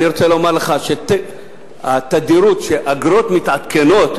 אני רוצה לומר לך שהתדירות שבה אגרות בשירותי דת מתעדכנות,